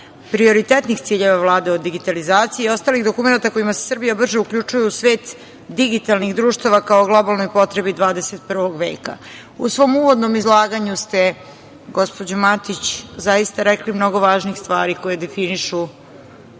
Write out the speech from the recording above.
prioritetnih ciljeva Vlade o digitalizaciji i ostalih dokumenata kojima se Srbija brže uključuje u svet digitalnih društava, kao globalnoj potrebi 21. veka.U svom uvodnom izlaganju ste, gospođo Matić, zaista rekli mnogo važnih stvari koje definišu